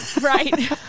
Right